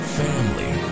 family